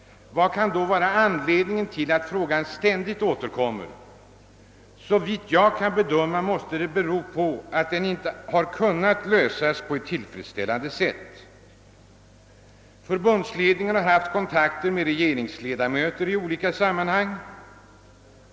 Vad kan då anledningen vara till att frågan ständigt återkommer? Såvitt jag kan bedöma måste det bero på att den inte har kunnat lösas på ett tillfredsställande sätt. ——— Förbundsledningen har haft kontakter med regeringsledamöter i olika sammanhang.